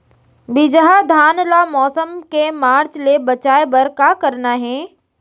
बिजहा धान ला मौसम के मार्च ले बचाए बर का करना है?